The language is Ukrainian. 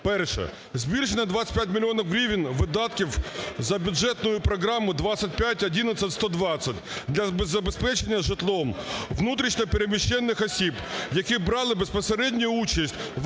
перше - збільшення на 25 мільйонів гривень видатків за бюджетну програму 2511120, для забезпечення житлом внутрішньо переміщених осіб, які брали безпосередню участь в